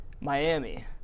Miami